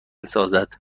سازد